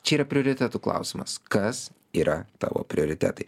čia yra prioritetų klausimas kas yra tavo prioritetai